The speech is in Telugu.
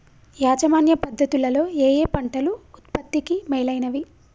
యాజమాన్య పద్ధతు లలో ఏయే పంటలు ఉత్పత్తికి మేలైనవి?